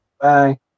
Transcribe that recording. bye